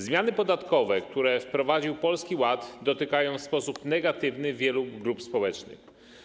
Zmiany podatkowe, które wprowadził Polski Ład, dotykają w sposób negatywny wielu grup społecznych.